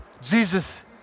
Jesus